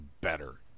better